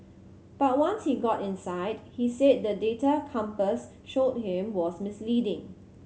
but once he got inside he said the data Compass showed him was misleading